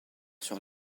sur